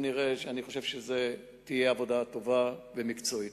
אני חושב שזו תהיה עבודה טובה ומקצועית.